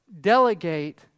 delegate